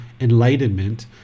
enlightenment